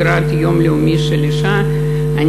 לקראת יום האישה הבין-לאומי,